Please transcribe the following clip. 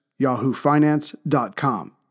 YahooFinance.com